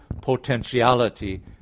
potentiality